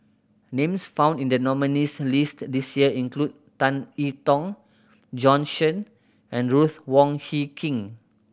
names found in the nominees' list this year include Tan I Tong Bjorn Shen and Ruth Wong Hie King